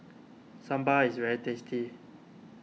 Sambar is very tasty